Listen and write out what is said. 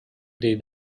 they